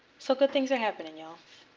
so good things are happening you all.